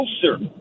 closer